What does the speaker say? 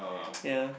yea